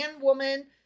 woman